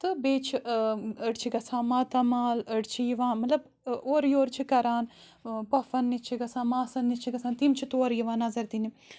تہٕ بیٚیہِ چھِ أڑۍ چھِ گَژھان ماتامال أڑۍ چھِ یِوان مطلب اورٕ یورٕ چھِ کَران پۄپھَن نِش چھِ گَژھان ماسَن نِش چھِ گَژھان تِم چھِ تورٕ یِوان نَظر دِنہِ